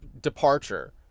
departure